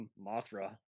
Mothra